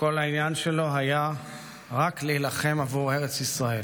כל העניין שלו היה רק להילחם עבור ארץ ישראל,